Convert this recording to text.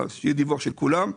יהיה דיווח של כולם,